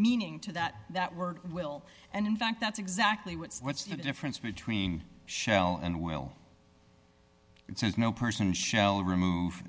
meaning to that that word will and in fact that's exactly what's what's the difference between shell and will it says no person shall remove